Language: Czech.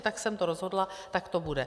Tak jsem to rozhodla, tak to bude.